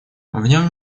нем